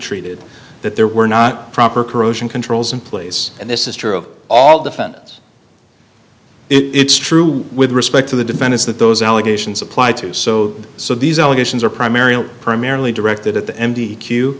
treated that there were not proper corrosion controls in place and this is true of all defendants it's true with respect to the defense that those allegations apply to so so these allegations are primarily primarily directed at the empty